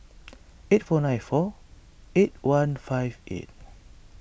eight four nine four eight one five eight